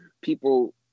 people